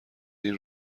این